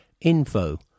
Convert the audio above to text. info